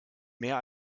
mehr